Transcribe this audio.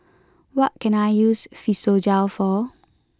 what can I use Physiogel for